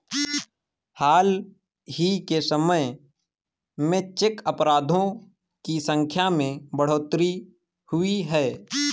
हाल ही के समय में चेक अपराधों की संख्या में बढ़ोतरी हुई है